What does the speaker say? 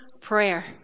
prayer